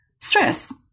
stress